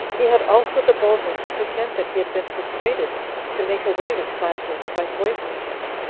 he had also the boldness to pretend that he had been persuaded to make away with claudius, by poisoning him,